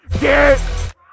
Get